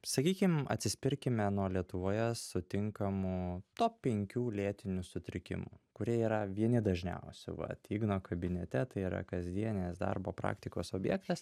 sakykim atsispirkime nuo lietuvoje sutinkamų top penkių lėtinių sutrikimų kurie yra vieni dažniausių vat igno kabinete tai yra kasdienės darbo praktikos objektas